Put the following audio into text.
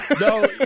no